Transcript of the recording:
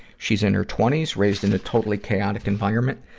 she's in her twenty s, raised in a totally chaotic environment.